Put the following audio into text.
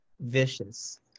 vicious